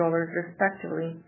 respectively